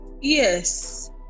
Yes